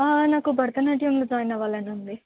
నాకు భరతనాట్యం జాయిన్ అవ్వాలని ఉంది